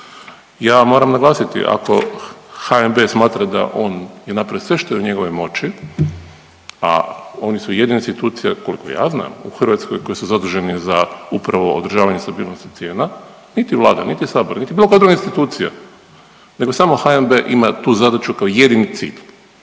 Ja moram naglasiti ako HNB smatra da on je napravio sve što je u njegovoj moći, a oni su jedini institucija koliko ja znam u Hrvatskoj koji su zaduženi za upravo održavanje stabilnosti cijena, niti Vlada, niti Sabor, niti bilo koja druga institucija nego samo HNB ima tu zadaću kao jedini cilj